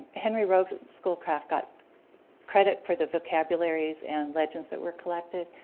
henry rowe schoolcraft got credit for the vocabularies and legends that were collected,